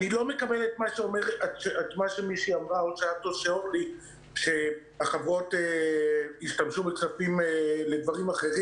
אני לא מקבל את מה שאמרה מישהי שהחברות השתמשו בכספים לדברים אחרים.